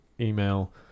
email